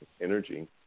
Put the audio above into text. energy